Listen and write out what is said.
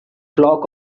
flock